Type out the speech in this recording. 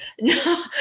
No